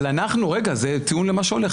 אבל, רגע, זה טיעון אליך.